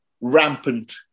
rampant